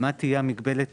מה תהיה המגבלה.